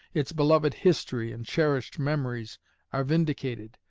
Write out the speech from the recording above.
its beloved history and cherished memories are vindicated,